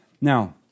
Now